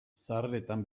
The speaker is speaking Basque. zaharretan